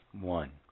One